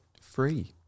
Free